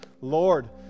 Lord